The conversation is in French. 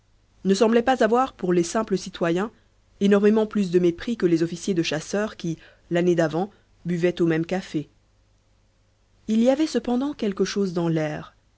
ne semblaient pas avoir pour les simples citoyens énormément plus de mépris que les officiers de chasseurs qui l'année d'avant buvaient aux mêmes cafés il y avait cependant quelque chose dans l'air